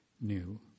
new